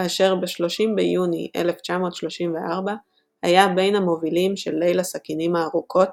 כאשר ב-30 ביוני 1934 היה בין המובילים של "ליל הסכינים הארוכות",